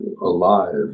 alive